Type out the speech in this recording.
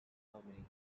harmony